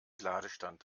ladestand